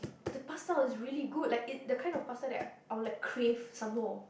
the pasta was really good like it the kind of pasta that I will like crave some more